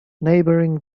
neighbouring